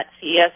CES